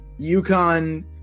UConn